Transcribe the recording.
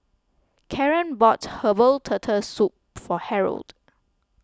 Karan bought Herbal Turtle Soup for Harrold